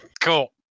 Cool